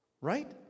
Right